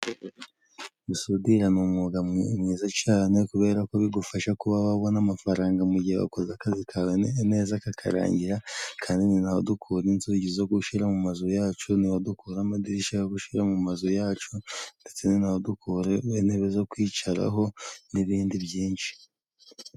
Gusudira ni umwuga mwiza cyane, kubera ko bigufasha kuba wabona amafaranga mu gihe wakoze akazi kawe neza kakarangira, kandi ni na ho dukura inzugi zo gushyira mu mazu yacu, ni ho dukura amadirishya yo gushyira mu mazu yacu, ndetse ni na ho dukura intebe zo kwicaraho n'ibindi byinshi,.